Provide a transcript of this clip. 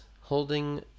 holding